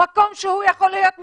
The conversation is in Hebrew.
מקום שהוא יכול להיות מפוקח,